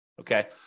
Okay